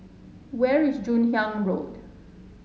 where is Joon Hiang Road